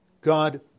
God